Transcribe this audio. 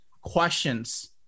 questions